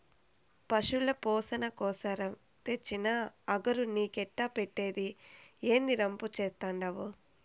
పశుల పోసణ కోసరం తెచ్చిన అగరు నీకెట్టా పెట్టేది, ఏందీ రంపు చేత్తండావు